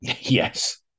Yes